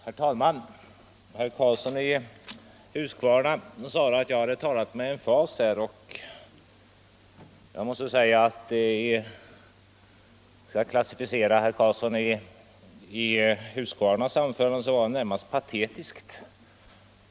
Herr talman! Herr Karlsson i Huskvarna sade att jag talat med emfas; om jag skall klassificera herr Karlssons anförande kan jag närmast beteckna det patetiskt.